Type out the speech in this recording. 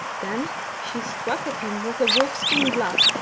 then she struck at him with a wolf-skin glove,